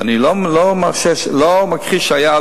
ואני לא מכחיש שהיה,